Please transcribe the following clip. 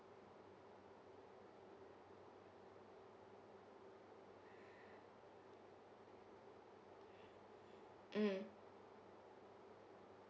mm